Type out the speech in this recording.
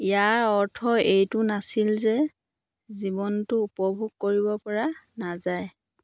ইয়াৰ অৰ্থ এইটো নাছিল যে জীৱনটো উপভোগ কৰিব পৰা নাযায়